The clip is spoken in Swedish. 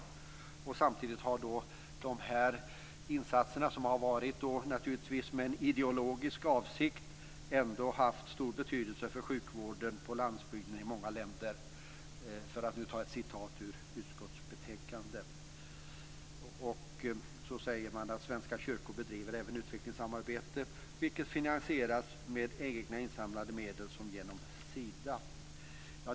Jag läser i utskottsbetänkandet att dessa insatser, som naturligtvis gjorts med en ideologisk avsikt, samtidigt ändå har haft stor betydelse för sjukvården på landsbygden i många länder. Så säger man att svenska kyrkor även bedriver utvecklingssamarbete, vilket finansieras såväl med egna insamlade medel som genom Sida.